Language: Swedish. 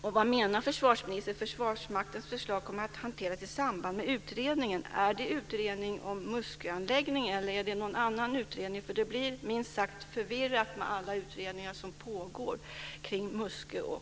Och vad menar försvarsministern med att Försvarsmaktens förslag kommer att hanteras "i samband med utredningen"? Är det utredningen om Musköanläggningen, eller är det någon annan utredning? Det blir nämligen minst sagt förvirrat med alla utredningar som pågår kring Muskö och